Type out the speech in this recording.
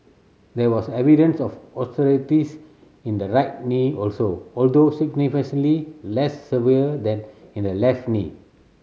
there was evidence of osteoarthritis in the right knee also although significantly less severe than in the left knee